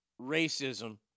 racism